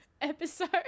episode